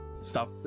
stop